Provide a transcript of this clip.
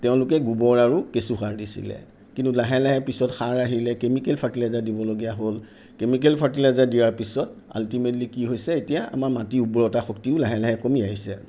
তেওঁলোকে গোবৰ আৰু কেঁচুসাৰ দিছিলে কিন্তু লাহে লাহে পিছত সাৰ আহিলে কেমিকেল ফাৰ্টিলাইজাৰ দিবলগীয়া হ'ল কেমিকেল ফাৰ্টিলাইজাৰ দিয়াৰ পিছত আল্টিমেটলি কি হৈছে এতিয়া আমাৰ মাটিৰ উৰ্বৰতা শক্তিও লাহে লাহে কমি আহিছে